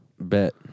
Bet